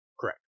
Correct